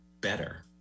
better